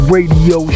Radio